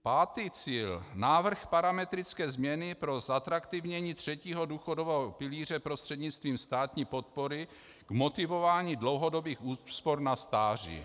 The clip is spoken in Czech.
Pátý cíl, návrh parametrické změny pro zatraktivnění třetího důchodového pilíře prostřednictvím státní podpory k motivování dlouhodobých úspor na stáří.